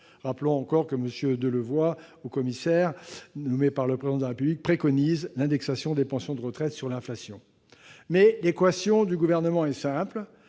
Rappelons enfin que M. Delevoye, le haut-commissaire nommé par le Président de la République, préconise l'indexation des pensions de retraite sur l'inflation. La position du Gouvernement est simple